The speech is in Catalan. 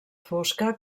fosca